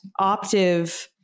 Optive